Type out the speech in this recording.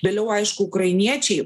vėliau aišku ukrainiečiai